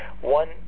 One